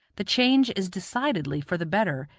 the change is decidedly for the better,